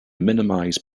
minimize